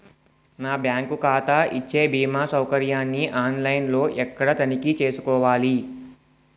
నా బ్యాంకు ఖాతా ఇచ్చే భీమా సౌకర్యాన్ని ఆన్ లైన్ లో ఎక్కడ తనిఖీ చేసుకోవాలి?